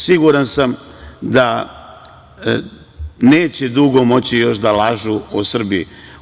Siguran sam da neće dugo moći još da lažu o Srbiji.